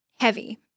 heavy